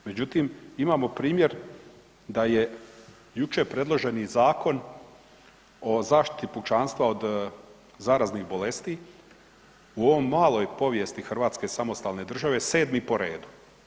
Međutim, imamo primjer da je jučer predloženi Zakon o zaštiti pučanstva od zaraznih bolesti u ovoj maloj povijesti hrvatske samostalne države 7. po redu.